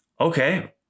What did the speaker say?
Okay